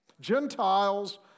Gentiles